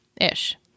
ish